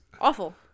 Awful